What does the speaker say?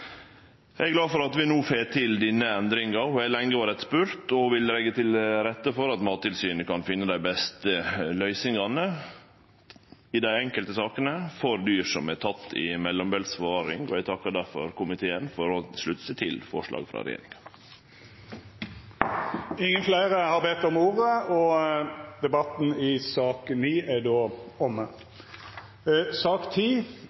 Eg er glad for at vi no får til denne endringa. Ho har lenge vore etterspurd og vil leggje til rette for at Mattilsynet kan finne dei beste løysingane i dei enkelte sakene der dyr er tekne i mellombels forvaring. Eg takkar difor komiteen for å slutte seg til forslaget frå regjeringa. Fleire har ikkje bedt om ordet